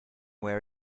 where